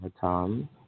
Tom